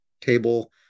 table